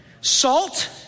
Salt